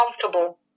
comfortable